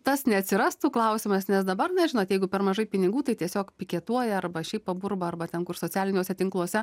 tas neatsirastų klausimas nes dabar na žinot jeigu per mažai pinigų tai tiesiog piketuoja arba šiaip paburba arba ten kur socialiniuose tinkluose